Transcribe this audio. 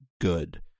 good